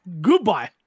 Goodbye